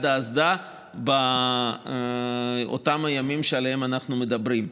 האסדה באותם הימים שעליהם אנחנו מדברים,